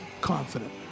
confident